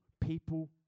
People